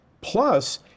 Plus